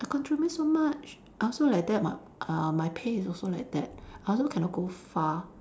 I contribute so much I also like that [what] err my pay is also like that I also cannot go far